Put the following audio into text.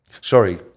Sorry